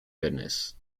goodness